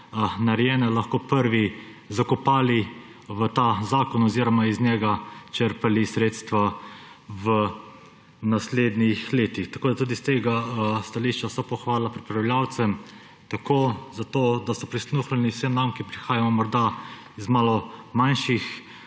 narejene, lahko prvi zakopali v ta zakon oziroma iz njega črpali sredstva v naslednjih letih. Tudi s tega stališča vsa pohvala pripravljavcem za to, da so prisluhnili vsem nam, ki prihajamo iz malo manjših